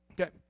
Okay